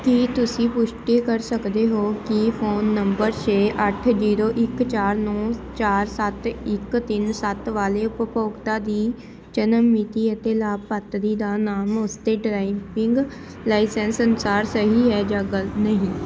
ਕੀ ਤੁਸੀਂ ਪੁਸ਼ਟੀ ਕਰ ਸਕਦੇ ਹੋ ਕਿ ਫੋਨ ਨੰਬਰ ਛੇ ਅੱਠ ਜੀਰੋ ਇੱਕ ਚਾਰ ਨੌ ਚਾਰ ਸੱਤ ਇੱਕ ਤਿੰਨ ਸੱਤ ਵਾਲੇ ਉਪਭੋਗਤਾ ਦੀ ਜਨਮ ਮਿਤੀ ਅਤੇ ਲਾਭਪਾਤਰੀ ਦਾ ਨਾਮ ਉਸਦੇ ਡ੍ਰਾਇਵਿੰਗ ਲਾਇਸੈਂਸ ਅਨੁਸਾਰ ਸਹੀ ਹੈ ਜਾਂ ਗਲਤ ਨਹੀਂ